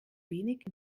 wenig